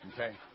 okay